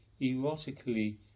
erotically